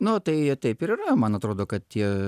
nu tai taip ir yra man atrodo kad tie